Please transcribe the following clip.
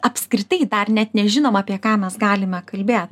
apskritai dar net nežinom apie ką mes galime kalbėt